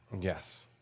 yes